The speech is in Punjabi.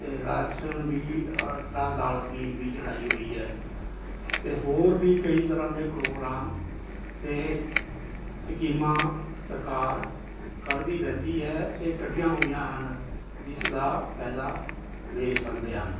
ਇਹ ਰਾਸ਼ਨ ਵੀ ਆਟਾ ਦਾਲ ਸਕੀਮ ਵੀ ਚਲਾਈ ਹੋਈ ਹੈ ਅਤੇ ਹੋਰ ਵੀ ਕਈ ਤਰ੍ਹਾਂ ਦੇ ਪ੍ਰੋਗਰਾਮ ਅਤੇ ਸਕੀਮਾਂ ਸਰਕਾਰ ਕੱਢਦੀ ਰਹਿੰਦੀ ਹੈ ਅਤੇ ਕੱਢੀਆਂ ਹੋਈਆਂ ਹਨ ਜਿਸ ਦਾ ਫ਼ਾਇਦਾ ਲੈ ਸਕਦੇ ਹਨ